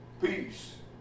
Peace